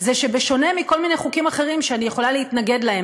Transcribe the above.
זה שבשונה מכל מיני חוקים אחרים שאני יכולה להתנגד להם